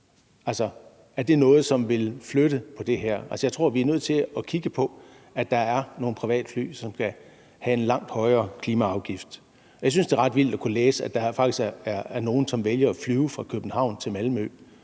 Er det noget, som vil flytte på det her? Jeg tror, at vi er nødt til at kigge på, om der er nogle privatfly, som skal have en langt højere klimaafgift. Jeg synes, at det er ret vildt at kunne læse, at der faktisk er nogen, som vælger at flyve fra København til Malmø,